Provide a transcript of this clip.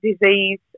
disease